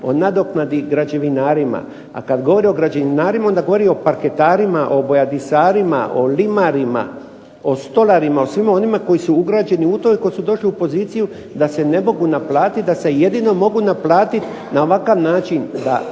o nadoknadi građevinarima. A kad govori o građevinarima onda govori o parketarima, o bojadisarima, o limarima, o stolarima, o svima onima koji su ugrađeni u to i koji su došli u poziciju da se ne mogu naplatiti, da se jedino mogu naplatiti na ovakav način